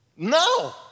No